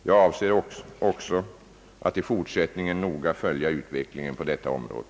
Jag avser att också i fortsättningen noga följa utvecklingen på detta område.